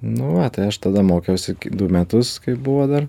nu va tai aš tada mokiausi du metus kai buvo dar